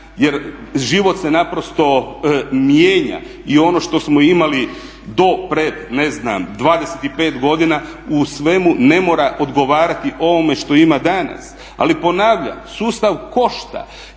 Jer život se naprosto mijenja. I ono što smo imali do pred 25 godina u svemu ne mora odgovarati ovome što ima danas. Ali ponavljam, sustav košta.